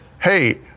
hey